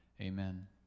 Amen